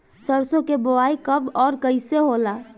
सरसो के बोआई कब और कैसे होला?